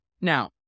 Now